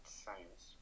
science